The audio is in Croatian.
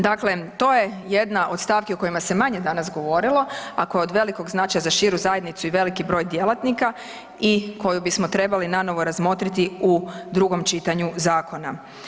Dakle, to je jedna od stavki o kojima se manje danas govorilo, a koje je od velikog značaja za širu zajednicu i veliki broj djelatnika i koju bismo trebali nanovo razmotriti u drugom čitanju zakona.